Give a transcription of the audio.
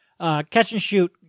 catch-and-shoot